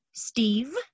Steve